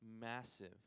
massive